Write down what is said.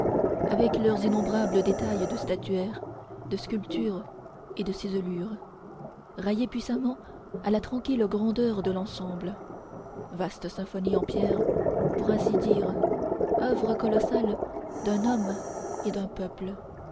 avec leurs innombrables détails de statuaire de sculpture et de ciselure ralliés puissamment à la tranquille grandeur de l'ensemble vaste symphonie en pierre pour ainsi dire oeuvre colossale d'un homme et d'un peuple